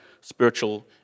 spiritual